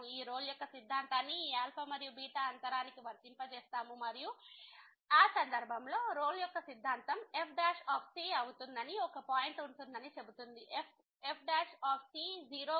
మనము ఈ రోల్ యొక్క సిద్ధాంతాన్ని ఈ మరియు అంతరానికి వర్తింపజేస్తాము మరియు ఆ సందర్భంలో రోల్ యొక్క సిద్ధాంతం fc అవుతుందని ఒక పాయింట్ ఉంటుందని చెబుతుంది f 0 గా ఉండే పాయింట్ c ఉంటుంది